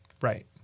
Right